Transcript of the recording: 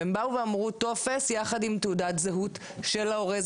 הם אמרו טופס יחד עם תעודת זהות של ההורה.